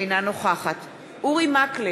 אינה נוכחת אורי מקלב,